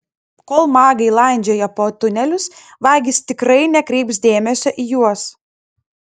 kol magai landžioja po tunelius vagys tikrai nekreips dėmesio į juos